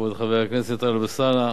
כבוד חבר הכנסת טלב אלסאנע,